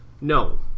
No